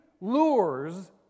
lures